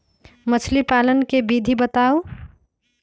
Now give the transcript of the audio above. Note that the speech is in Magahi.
मछली पालन के विधि बताऊँ?